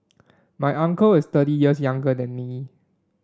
my uncle is thirty years younger than me